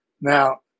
Now